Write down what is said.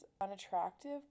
unattractive